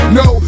no